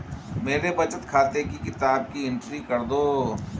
मेरे बचत खाते की किताब की एंट्री कर दो?